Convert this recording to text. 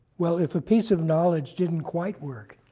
well, if a piece of knowledge didn't quite work,